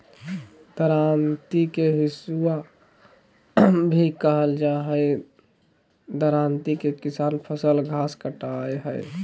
दरांती के हसुआ भी कहल जा हई, दरांती से किसान फसल, घास काटय हई